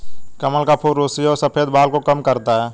कमल का फूल रुसी और सफ़ेद बाल को कम करता है